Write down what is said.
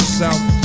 south